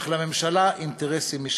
אך לממשלה אינטרסים משלה.